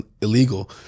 illegal